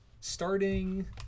starting